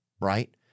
right